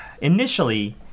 initially